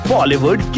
Bollywood